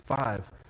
five